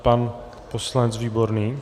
Pan poslanec Výborný.